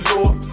Lord